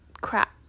crap